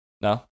no